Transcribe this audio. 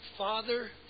Father